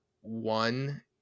one